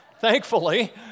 Thankfully